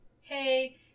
hey